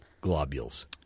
globules